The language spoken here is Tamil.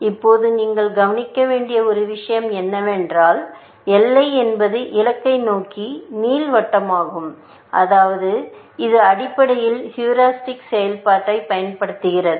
இப்போது நீங்கள் கவனிக்க வேண்டிய ஒரு விஷயம் என்னவென்றால் எல்லை என்பது இலக்கை நோக்கிய நீள்வட்டமாகும் அதாவது இது அடிப்படையில் ஹியூரிஸ்டிக் செயல்பாட்டைப் பயன்படுத்துகிறது